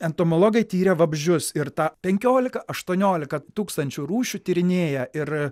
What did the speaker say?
entomologai tiria vabzdžius ir tą penkiolika aštuoniolika tūkstančių rūšių tyrinėja ir